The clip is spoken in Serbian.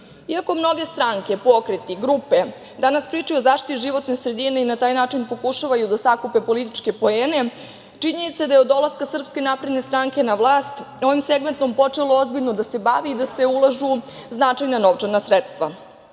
mnoge stranke, pokreti, grupe danas pričaju o zaštiti životne sredine i na taj način pokušavaju da sakupe političke poene, činjenica je da je od dolaska SNS na vlast ovim segmentom počelo ozbiljno da se bavi i da se ulažu značajna novčana sredstva.